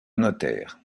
notaire